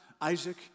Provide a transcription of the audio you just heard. Isaac